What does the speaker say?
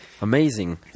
amazing